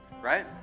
right